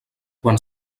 quan